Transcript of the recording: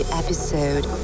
episode